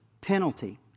penalty